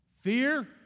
Fear